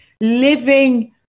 living